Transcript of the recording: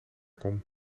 kom